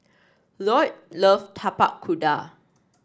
Lloyd love Tapak Kuda